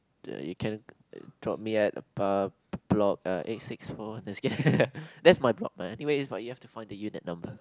you can drop me at uh bl~ block eight six four just kidding that's my block man anyways you have to find the unit number